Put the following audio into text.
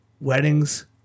Weddings